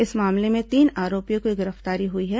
इस मामले में तीन आरोपियों की गिरफ्तारी हुई है